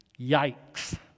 Yikes